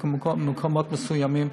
כמו במקומות מסוימים.